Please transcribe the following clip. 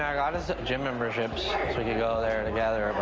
yeah got us gym memberships so we could go there together, but.